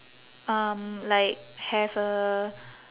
um like have a